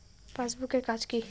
Passbook এর কাজ কি?